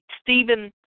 Stephen